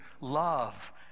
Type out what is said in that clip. love